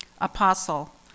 Apostle